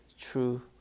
true